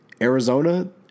Arizona